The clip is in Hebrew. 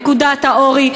נקודת האור היחידה בדבר הזה,